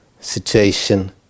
situation